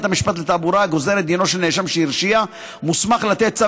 בית משפט לתעבורה הגוזר את דינו של נאשם שהרשיע מוסמך לתת צו